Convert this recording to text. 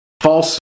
false